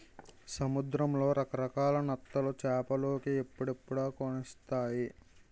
సముద్రంలో రకరకాల నత్తలు చేపలోలికి ఎప్పుడుకప్పుడే కానొస్తాయి